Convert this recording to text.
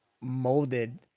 molded